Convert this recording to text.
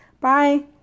Bye